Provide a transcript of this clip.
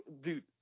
dude